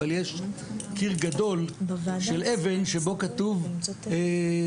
אבל יש קיר גדול של אבן שבו כתוב 'מעלה